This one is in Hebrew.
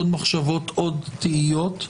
עוד מחשבות ותהיות.